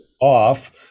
off